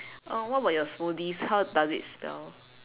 uh what about your smoothies how does it spell